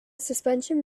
suspension